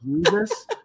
Jesus